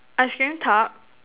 ice cream tub